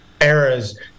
eras